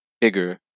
bigger